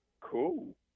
Cool